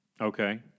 Okay